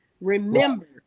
Remember